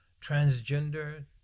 transgender